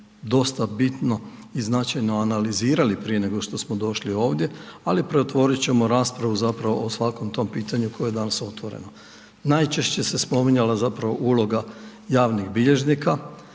dosta bitno i značajno analizirali prije nego što smo došli ovdje ali preotvorit ćemo raspravu zapravo o svakom tom pitanju koje je danas otvoreno. Najčešće se spominjala zapravo uloga javnih bilježnika,